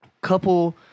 couple